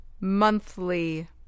monthly